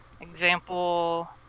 Example